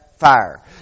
Fire